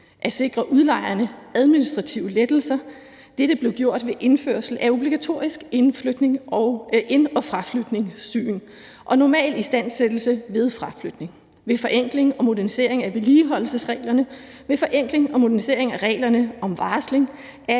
at sikre udlejerne administrative lettelser. Dette blev gjort ved indførelse af obligatorisk ind- og fraflytningssyn og normalistandsættelse ved fraflytning, ved en forenkling og modernisering af vedligeholdelsesreglerne, ved en forenkling og modernisering af reglerne om varsling